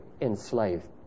enslaved